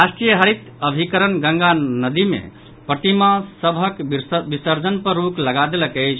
राष्ट्रीय हरित अभिकरण गंगा नदि मे प्रतिमा सभक विसर्जन पर रोक लगा देलक अछि